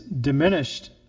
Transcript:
diminished